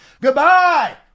Goodbye